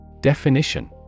Definition